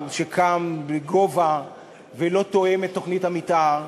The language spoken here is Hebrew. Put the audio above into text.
שקם בגובה ולא תואם את תוכנית המתאר,